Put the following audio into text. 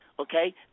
Okay